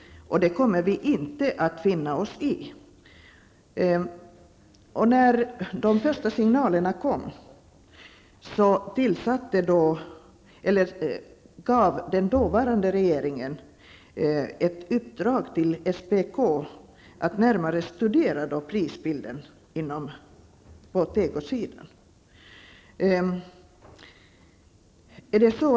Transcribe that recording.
Det kommer vi inte att finna oss i. När de första signalerna kom gav den dåvarande regeringen ett uppdrag till SPK att närmare studera prisbilden på tekosidan.